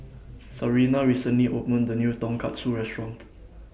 Sarina recently opened The New Tonkatsu Restaurant